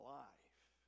life